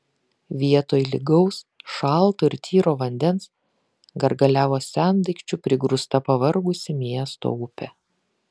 vietoj lygaus šalto ir tyro vandens gargaliavo sendaikčių prigrūsta pavargusi miesto upė